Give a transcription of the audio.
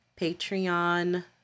Patreon